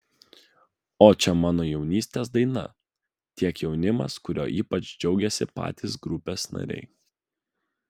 o čia mano jaunystės daina tiek jaunimas kuriuo ypač džiaugiasi patys grupės nariai